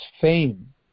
fame